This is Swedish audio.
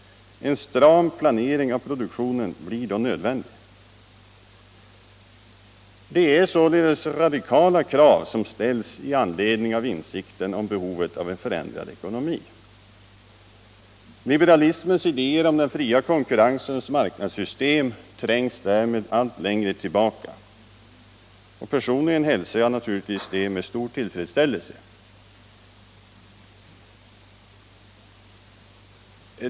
En stram planering av produktionen blir då nödvändig. Det är således radikala krav som ställs i anledning av insikten om behovet om en förändrad ekonomi. Liberalismens idéer om den fria konkurrensens marknadssystem trängs därmed allt längre tillbaka. Personligen hälsar jag naturligtvis detta med stor tillfredsställelse.